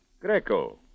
Greco